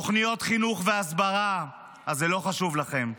תוכניות חינוך והסברה, אז זה לא חשוב לכם,